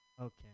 okay